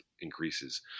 increases